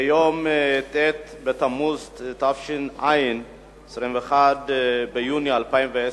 ביום ט' בתמוז תש"ע, 21 ביוני 2010,